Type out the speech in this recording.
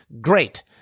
Great